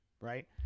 right